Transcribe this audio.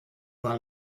war